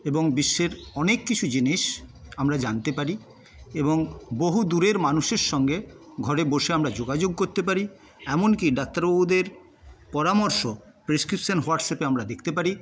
এবং বিশ্বের অনেক কিছু জিনিস আমরা জানতে পারি এবং বহু দূরের মানুষের সঙ্গে ঘরে বসে আমরা যোগাযোগ করতে পারি এমনকি ডাক্তারবাবুদের পরামর্শ প্রেসক্রিপশন হোয়াটসঅ্যাপে আমরা দেখতে পারি